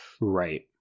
Right